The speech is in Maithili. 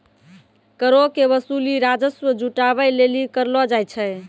करो के वसूली राजस्व जुटाबै लेली करलो जाय छै